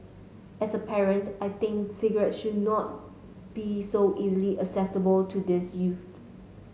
as a parent I think cigarette should not be so easily accessible to these youths